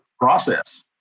process